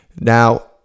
Now